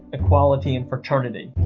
equality and fraternity.